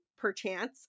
perchance